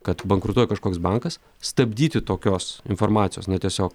kad bankrutuoja kažkoks bankas stabdyti tokios informacijos na tiesiog